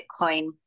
Bitcoin